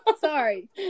sorry